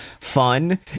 fun